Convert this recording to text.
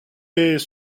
est